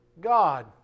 God